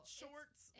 shorts